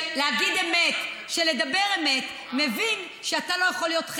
הגברת גם היא הייתה